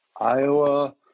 Iowa